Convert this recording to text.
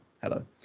Hello